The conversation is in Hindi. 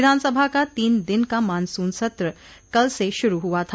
विधानसभा का तीन दिन का मानसून सत्र कल से शुरू हुआ था